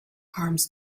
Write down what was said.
arms